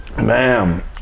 Man